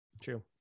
true